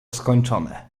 skończone